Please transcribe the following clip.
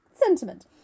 sentiment